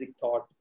thought